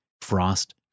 Frost